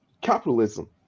capitalism